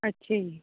ਅੱਛਾ ਜੀ